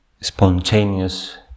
spontaneous